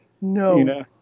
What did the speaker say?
No